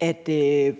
at